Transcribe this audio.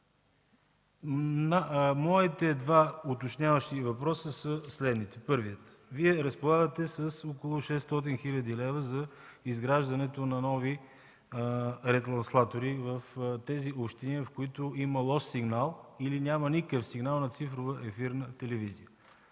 Моите два уточняващи въпроса са следните: Първият: Вие разполагате с около 600 хил. лв. за изграждането на нови ретранслатори в общините, в които има лош сигнал или няма никакъв сигнал на цифрова ефирна телевизия.